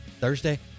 Thursday